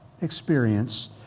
experience